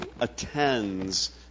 attends